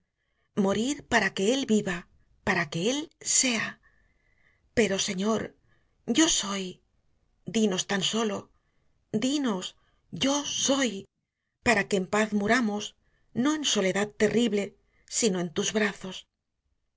morir para que él viva para que él sea pero señor yo soy dínos tan sólo dínos yo soy para que en paz muramos no en soledad terrible si no en tus brazos